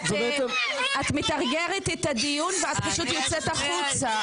את מטרגרת את הדיון ואת פשוט יוצאת החוצה,